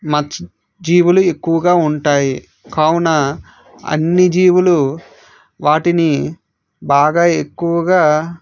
మత్స్య జీవులు ఎక్కువగా ఉంటాయి కావున అన్నీ జీవులు వాటిని బాగా ఎక్కువగా